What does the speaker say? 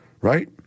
right